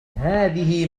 هذه